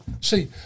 See